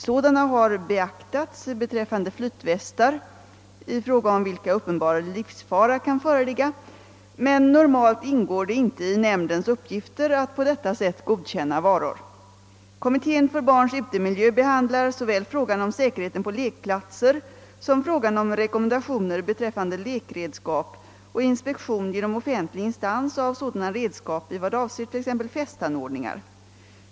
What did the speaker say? Sådana har beaktats beträffande flytvästar — i fråga om vilka uppenbar livsfara kan föreligga — men normalt ingår det inte i nämndens uppgifter att på detta sätt godkänna varor. Kommittén för barns utemiljö behandlar såväl frågan om säkerheten på lekplatser som frågan om rekommenda tioner beträffande lekredskap och inspektion genom offentlig instans av sådana redskap i vad avser t.ex. fästanordningar.